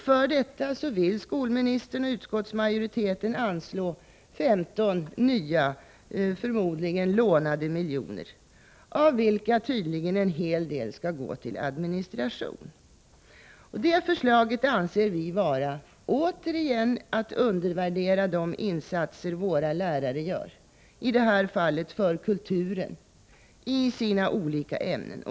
För detta vill skolministern och utskottsmajoriteten anslå 15 nya, förmodligen lånade miljoner, av vilka tydligen en hel del skall gå till administration. Det förslaget anser vi återigen vara att undervärdera de insatser våra lärare gör — i det här fallet för kulturen — i sina olika ämnen.